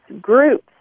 groups